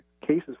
cases